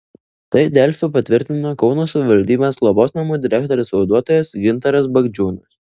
tai delfi patvirtino kauno savivaldybės globos namų direktorės pavaduotojas gintaras bagdžiūnas